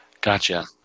Gotcha